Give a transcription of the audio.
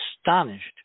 astonished